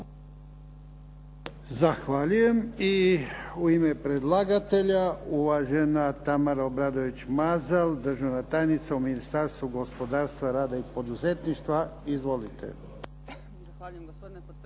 Zahvaljujem. I u ime predlagatelja uvažena Tamara Obradović-Mazal, državna tajnica u Ministarstvu gospodarstva, rada i poduzetništva. Izvolite.